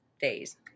days